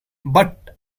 but